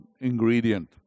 ingredient